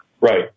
Right